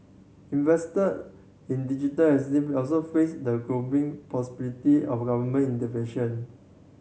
investor in digital also face the growing possibility of government intervention